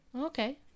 Okay